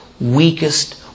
weakest